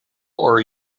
are